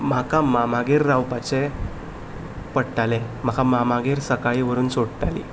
म्हाका मामागेर रावपाचें पडटालें म्हाका मामागेर सकाळीं व्हरून सोडटालीं